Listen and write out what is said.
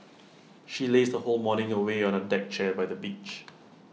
she lazed her whole morning away on A deck chair by the beach